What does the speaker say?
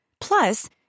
Plus